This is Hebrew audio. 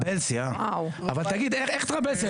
אבל תגיד, איך טרבלסי?